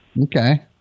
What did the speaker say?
Okay